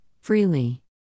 freely